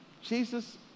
Jesus